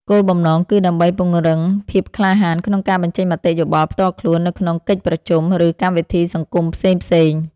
គោលបំណងគឺដើម្បីពង្រឹងភាពក្លាហានក្នុងការបញ្ចេញមតិយោបល់ផ្ទាល់ខ្លួន នៅក្នុងកិច្ចប្រជុំ ឬកម្មវិធីសង្គមផ្សេងៗ។